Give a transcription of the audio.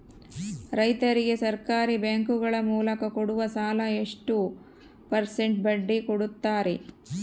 ರೈತರಿಗೆ ಸಹಕಾರಿ ಬ್ಯಾಂಕುಗಳ ಮೂಲಕ ಕೊಡುವ ಸಾಲ ಎಷ್ಟು ಪರ್ಸೆಂಟ್ ಬಡ್ಡಿ ಕೊಡುತ್ತಾರೆ?